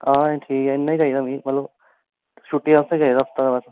हां ठीक ऐ इन्ना ई चाहिदा मी मतलब छुट्टी आस्तै चाहिदा पर